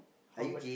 how about